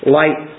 light